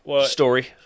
story